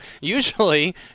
Usually